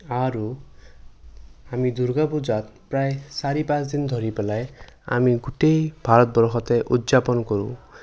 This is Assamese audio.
আৰু আমি দূৰ্গা পূজাত প্ৰায় চাৰি পাঁচদিন ধৰি পেলাই আমি গোটেই ভাৰতবৰ্ষতে উদযাপন কৰোঁ